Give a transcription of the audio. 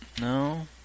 No